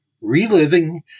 Reliving